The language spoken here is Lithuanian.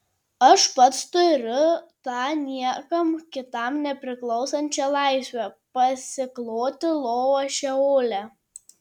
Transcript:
aš pats turiu tą niekam kitam nepriklausančią laisvę pasikloti lovą šeole